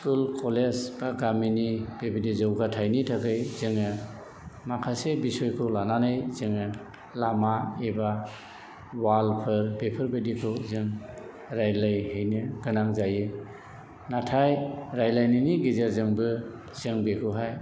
school college बा गामिनि बेबादि जौगाथायनि थाखाय जोङो माखासे बिसयखौ लानानै जोङो लामा एबा वालफोर बेफोर बायदिखौ जों रायलायहैनो गोनां जायो नाथाय रायलायनायनि गेजेरजोंबो जों बेखौहाय